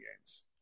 games